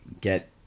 get